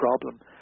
problem